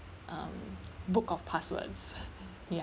um book of passwords